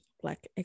Black